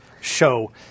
show